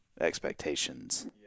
expectations